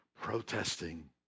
protesting